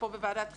פה בוועדת החינוך.